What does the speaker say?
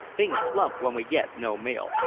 things slump when we get no mail.